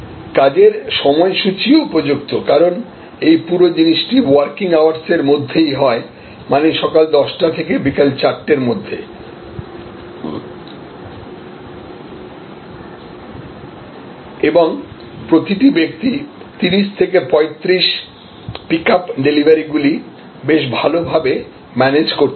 কাজের সময়সূচী ও উপযুক্ত কারণ এই পুরো জিনিসটি ওয়ার্কিং আওয়ারস এর মধ্যেই হয় মানে সকাল 10 টা থেকে বিকেল 4 টের মধ্যে এবং প্রতিটি ব্যক্তি 30 থেকে 35 পিকআপ ডেলিভারিগুলি বেশ ভালভাবে ম্যানেজ করতে পারে